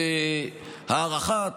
של הארכה,